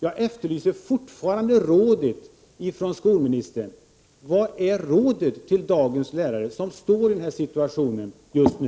Jag efterlyser fortfarande rådet från skolministern: Vilket råd ges till dagens lärare, som befinner sig i den här situationen just nu?